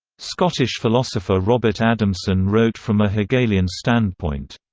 scottish philosopher robert adamson wrote from a hegelian standpoint.